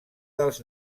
dels